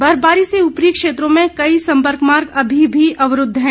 बर्फबारी से ऊपरी क्षेत्रों में कई संपर्क मार्ग अभी भी अवरूद्व हैं